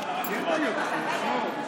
חבר הכנסת כהן.